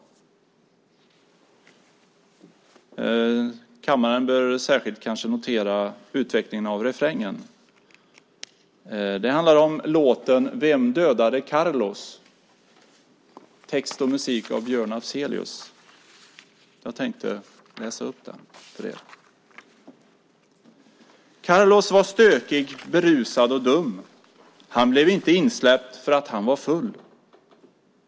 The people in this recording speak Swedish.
Kammaren bör kanske särskilt notera utvecklingen av refrängen. Det handlar om låten Vem dödade Carlos? Text och musik är skrivna av Björn Afzelius. Jag läser upp den för er. Carlos var stökig, berusad och dum. Han blev inte insläppt för att han var full.